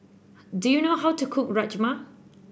do you know how to cook Rajma